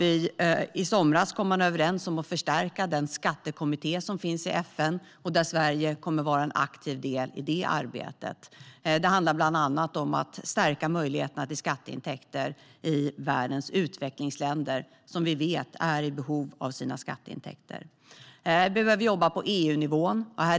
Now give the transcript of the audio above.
I somras kom man överens om att förstärka den skattekommitté som finns i FN och där Sverige kommer att vara en aktiv del i det arbetet. Det handlar bland annat om att stärka möjligheterna till skatteintäkter i världens utvecklingsländer, som vi vet är i behov av sina skatteintäkter. Vi behöver jobba på EU-nivå.